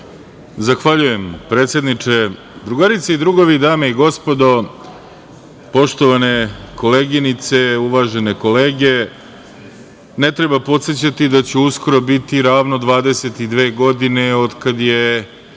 Zahvaljujem, predsedniče. Drugarice i drugovi, dame i gospodo, poštovane koleginice, uvažene kolege, ne treba podsećati da će uskoro biti ravno 22 godine od kada je